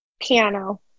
piano